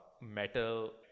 metal